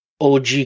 og